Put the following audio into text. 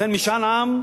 לכן, משאל עם,